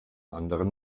anderen